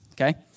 okay